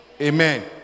Amen